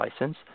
license